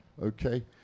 Okay